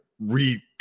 re